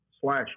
Slash